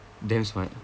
damn smart